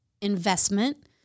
investment